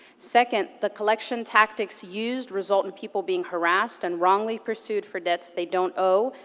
second, the collection tactics used result in people being harassed and wrongly pursued for debts they don't owe,